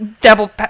double